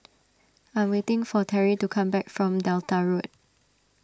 I am waiting for Teri to come back from Delta Road